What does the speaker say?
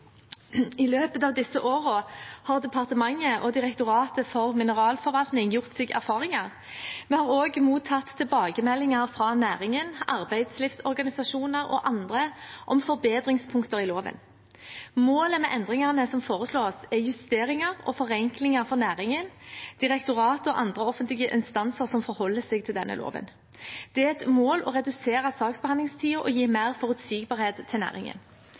I løpet av disse årene har departementet og Direktoratet for mineralforvaltning, DMF, gjort seg erfaringer. Vi har også mottatt tilbakemeldinger fra næringen, arbeidslivsorganisasjoner og andre om forbedringspunkter i loven. Målet med endringene som foreslås, er justeringer og forenklinger for næringen, direktoratet og andre offentlige instanser som forholder seg til denne loven. Det er et mål å redusere saksbehandlingstiden og gi mer forutsigbarhet til næringen.